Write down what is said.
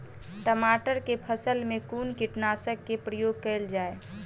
टमाटर केँ फसल मे कुन कीटनासक केँ प्रयोग कैल जाय?